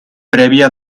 prèvia